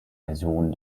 version